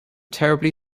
terribly